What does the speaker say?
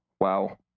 wow